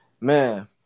Man